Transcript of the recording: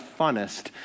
funnest